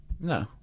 No